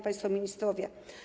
Państwo Ministrowie!